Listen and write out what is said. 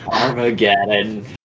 Armageddon